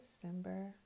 December